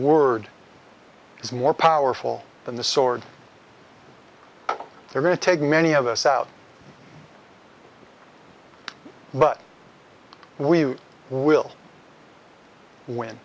word is more powerful than the sword they're going to take many of us out but we will win